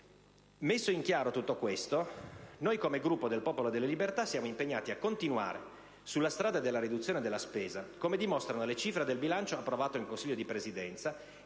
Messo in chiaro tutto questo, noi, come Gruppo del Popolo della Libertà, siamo impegnati a continuare sulla strada della riduzione della spesa, come dimostrano le cifre del bilancio approvato in Consiglio di Presidenza